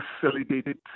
facilitated